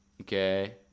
okay